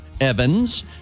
Evans